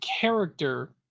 character